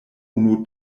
unu